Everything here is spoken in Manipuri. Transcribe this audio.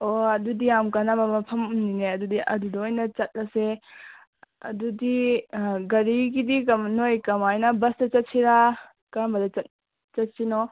ꯑꯣ ꯑꯗꯨꯗꯤ ꯌꯥꯝ ꯀꯥꯟꯅꯕ ꯃꯐꯝꯅꯤꯅꯦ ꯑꯗꯨꯗꯤ ꯑꯗꯨꯗ ꯑꯣꯏꯅ ꯆꯠꯂꯁꯦ ꯑꯗꯨꯗꯤ ꯒꯥꯔꯤꯒꯤꯗꯤ ꯅꯣꯏ ꯀꯃꯥꯏꯅ ꯕꯁꯇꯥ ꯆꯠꯁꯤꯔꯥ ꯀꯥꯔꯝꯕꯗ ꯆꯠꯁꯤꯅꯣ